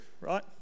right